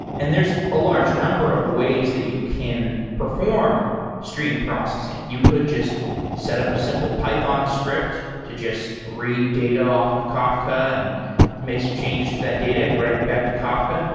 and there's a large number of ways that you can perform stream processing. you could just set up a simple python script to just read data off of kafka and make some changes to that data and write it back to kafka.